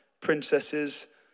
princesses